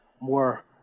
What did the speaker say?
more